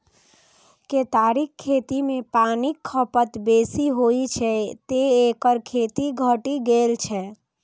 केतारीक खेती मे पानिक खपत बेसी होइ छै, तें एकर खेती घटि गेल छै